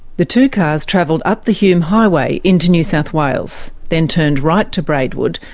the two cars travelled up the hume highway into new south wales, then turned right to braidwood,